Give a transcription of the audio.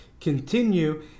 continue